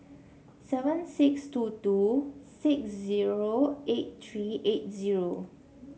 seven six two two six zero eight three eight zero